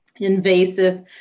invasive